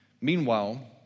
meanwhile